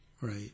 Right